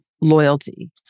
loyalty